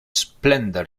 splendor